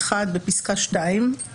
- (1) בפסקה (2)